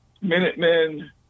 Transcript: Minutemen